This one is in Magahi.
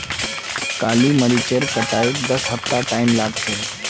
काली मरीचेर कटाईत दस हफ्तार टाइम लाग छेक